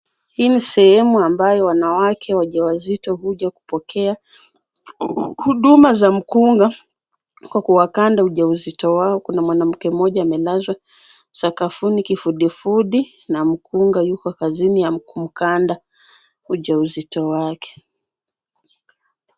Hii ni sehemu ambayo wanawake wajawazito huja kupokea huduma za mkunga kwa kuwakanda ujauzito wao. Kuna mwanamke mmoja amelazwa sakafuni kifudifudi na mkunga yuko kazini ya kumkanda ujauzito wake.